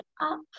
up